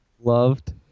Loved